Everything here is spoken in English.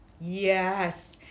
Yes